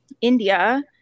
India